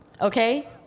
okay